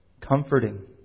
comforting